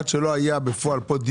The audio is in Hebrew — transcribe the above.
עד שלא היו פה דיונים,